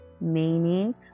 meaning